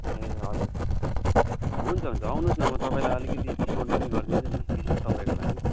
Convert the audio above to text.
ए हजुर हुन्छ हुन्छ आउनुहोस् न म तपाईँलाई अलिकति डिस्कउन्ट पनि गरिदिन्छु नि विशेष तपाईँको लागि